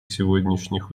сегодняшних